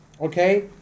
okay